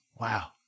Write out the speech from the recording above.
wow